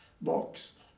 box